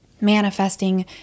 manifesting